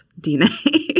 DNA